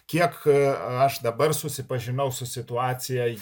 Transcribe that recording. kiek aš dabar susipažinau su situacija